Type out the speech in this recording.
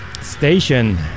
station